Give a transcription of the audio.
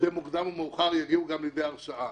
במוקדם או במאוחר יגיעו גם לידי הרשעה.